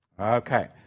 okay